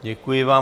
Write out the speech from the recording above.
Děkuji vám.